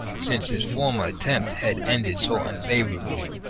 since his former attempt had ended so unfavour ably.